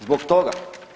Zbog toga.